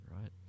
right